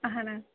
اَہَن حظ